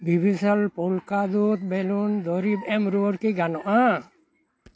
ᱵᱤᱵᱷᱤᱥᱮᱱ ᱯᱳᱱᱠᱟ ᱫᱩᱛ ᱵᱮᱞᱩᱱ ᱫᱩᱨᱤᱵᱽ ᱮᱢ ᱨᱩᱭᱟᱹᱲ ᱠᱤ ᱜᱟᱱᱚᱜᱼᱟ